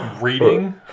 Reading